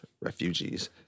refugees